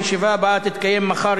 הישיבה הבאה תתקיים מחר,